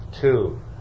two